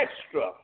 extra